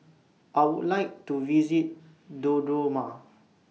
I Would like to visit Dodoma